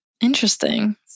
Interesting